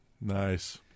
Nice